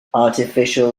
artificial